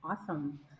Awesome